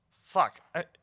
Fuck